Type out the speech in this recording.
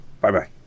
Bye-bye